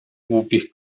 głupich